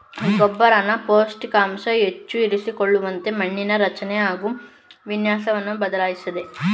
ಗೊಬ್ಬರನ ಪೋಷಕಾಂಶ ಹೆಚ್ಚು ಇರಿಸಿಕೊಳ್ಳುವಂತೆ ಮಣ್ಣಿನ ರಚನೆ ಹಾಗು ವಿನ್ಯಾಸವನ್ನು ಬದಲಾಯಿಸ್ತದೆ